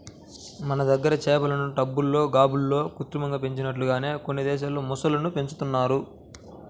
మన దగ్గర చేపలను టబ్బుల్లో, గాబుల్లో కృత్రిమంగా పెంచినట్లుగానే కొన్ని దేశాల్లో మొసళ్ళను పెంచుతున్నారు